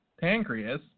pancreas